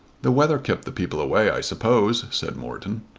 the weather kept the people away i suppose, said morton.